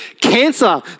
cancer